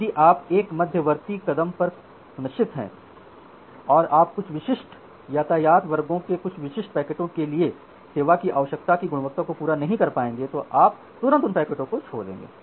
इसलिए यदि आप एक मध्यवर्ती कदम पर सुनिश्चित हैं कि आप कुछ विशिष्ट यातायात वर्गों के कुछ विशिष्ट पैकेटों के लिए सेवा की आवश्यकता की गुणवत्ता को पूरा नहीं कर पाएंगे तो आप तुरंत उन पैकेटों को छोड़ देंगे